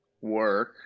work